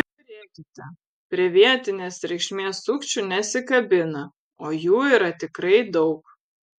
žiūrėkite prie vietinės reikšmės sukčių nesikabina o jų yra tikrai daug